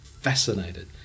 fascinated